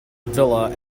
villa